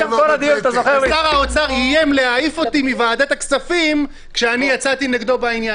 שר האוצר איים להעיף אותי מוועדת הכספים כשיצאתי נגדו בעניין.